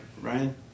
Ryan